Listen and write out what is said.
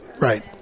Right